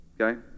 Okay